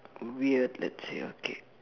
weird let's see okay